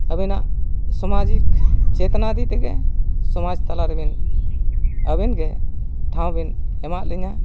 ᱟᱹᱵᱤᱱᱟᱜ ᱥᱟᱢᱟᱡᱤᱠ ᱪᱮᱛᱱᱟ ᱤᱫᱤ ᱛᱮᱜᱮ ᱥᱚᱢᱟᱡᱽ ᱛᱟᱞᱟᱨᱮ ᱟᱹᱵᱤᱱ ᱜᱮ ᱴᱷᱟᱶ ᱵᱮᱱ ᱮᱢᱟᱜ ᱞᱤᱧᱟ